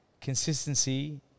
Consistency